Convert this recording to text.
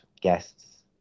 guests